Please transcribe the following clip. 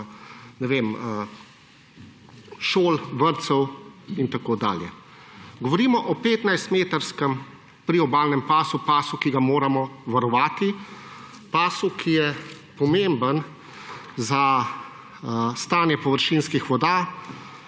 šol, vrtcev in tako dalje. Govorimo o 15-metrskem priobalnem pasu, pasu, ki ga moramo varovati; pasu, ki je pomemben za stanje površinskih voda,